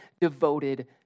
devoted